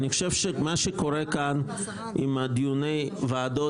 אני חושב שמה שקורה כאן עם דיוני הוועדות